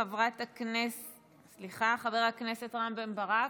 חבר הכנסת רם בן ברק,